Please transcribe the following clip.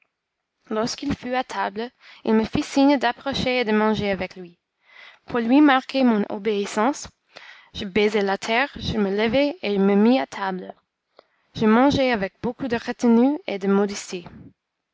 lorsqu'il fut à table il me fit signe d'approcher et de manger avec lui pour lui marquer mon obéissance je baisai la terre je me levai et me mis à table je mangeai avec beaucoup de retenue et de